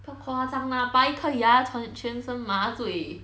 不要夸张 lah 拔一颗牙全身麻醉